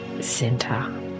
center